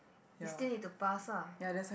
you still need to pass ah